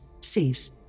cease